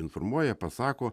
informuoja pasako